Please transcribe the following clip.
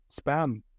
spam